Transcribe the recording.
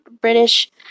British